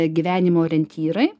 gyvenimo orientyrai